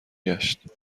گشت